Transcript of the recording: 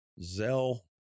Zell